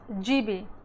gb